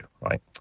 right